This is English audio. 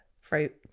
fruit